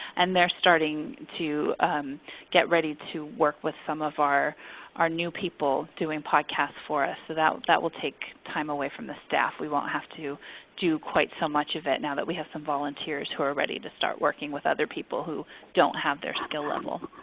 and they're starting to get ready to work with some of our our new people doing podcasts for us. so that will take time away from the staff. we won't have to do quite so much of it now that we have some volunteers who are ready to start working with other people who don't have their skill level.